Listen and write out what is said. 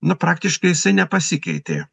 na praktiškai jisai nepasikeitė